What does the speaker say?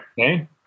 okay